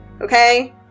okay